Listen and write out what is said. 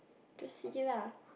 just see lah